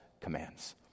commands